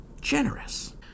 generous